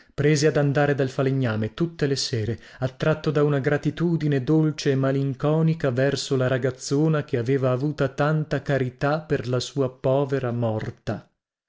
prese ad andare dal falegname tutte le sere attratto da una gratitudine dolce e malinconica verso la ragazzona che aveva avuta tanta carità per la sua povera morta